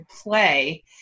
play